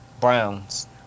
Browns